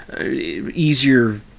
easier